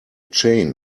chain